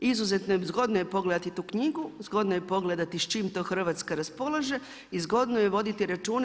Izuzetno zgodno je pogledati tu knjigu, zgodno je pogledati s čim to Hrvatska raspolaže i zgodno je voditi računa.